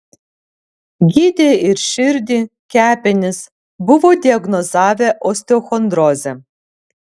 gydė ir širdį kepenis buvo diagnozavę osteochondrozę